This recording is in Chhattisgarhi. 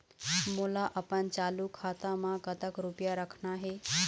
मोला अपन चालू खाता म कतक रूपया रखना हे?